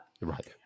right